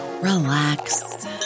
relax